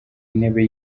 intebe